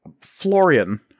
Florian